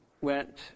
went